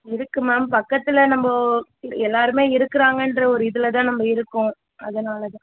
இருக்குது மேம் பக்கத்தில் நம்ம எல்லாேருமே இருக்கிறாங்கன்ற ஒரு இதில் தான் நம்ம இருக்கோம் அதனால்தான்